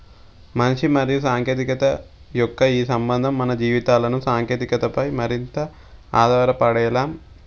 మంచి మరియు సాంకేతికత యొక్క ఈ సంబంధం మన జీవితాలను సాంకేతికతపై మరింత ఆధారపడేలా